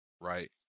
right